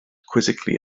quizzically